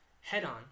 head-on